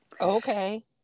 Okay